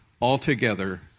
altogether